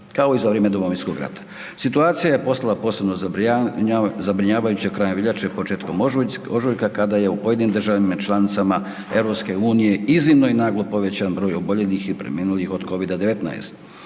kao i za vrijeme Domovinskog rata. Situacija je postala posebno zabrinjavajuća krajem veljače, početkom ožujka kada je u pojedinim državama članicama EU iznimno i naglo povećan broj oboljelih i preminulih od Covida 19.